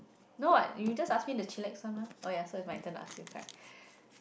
no what you just ask me the chillax one mah oh ya so is my turn to ask you correct